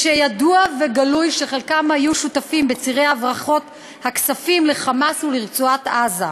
וידוע וגלוי שחלקם היו שותפים בצירי הברחות הכספים ל"חמאס" ולרצועת-עזה.